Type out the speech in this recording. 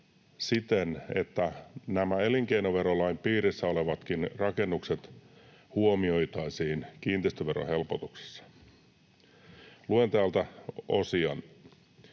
siten, että nämä elinkeinoverolainkin piirissä olevat rakennukset huomioitaisiin kiinteistöverohelpotuksissa. Luen täältä osia: